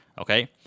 okay